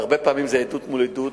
הרבה פעמים זה עדות מול עדות,